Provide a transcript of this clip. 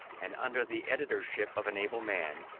and under the editorship of an able man,